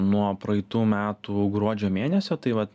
nuo praeitų metų gruodžio mėnesio tai vat